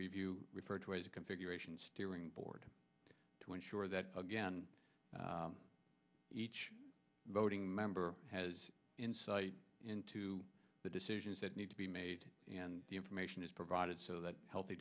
review referred to as a configuration steering board to ensure that again each voting member has insight into the decisions that need to be made and the information is provided so that healthy